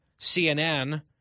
cnn